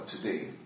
today